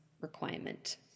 requirement